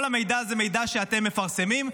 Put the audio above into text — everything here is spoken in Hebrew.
כל המידע זה מידע שאתם מפרסמים.